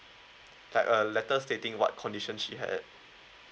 like a letter stating what condition she had